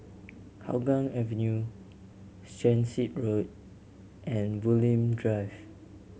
Hougang Avenue Transit Road and Bulim Drive